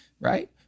Right